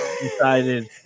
decided